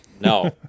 No